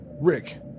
rick